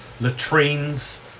latrines